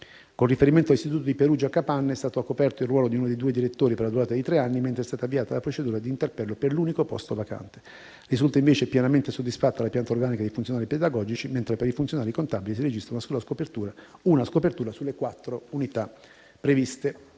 Con riferimento all'istituto di Perugia Capanne, è stato coperto il ruolo di uno dei due direttori, per la durata di tre anni, mentre è stata avviata la procedura di interpello per l'unico posto vacante. Risulta invece pienamente soddisfatta la pianta organica dei funzionari pedagogici, mentre per i funzionari contabili si registra una sola scopertura su quattro unità previste.